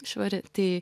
švari tai